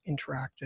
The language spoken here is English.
interactive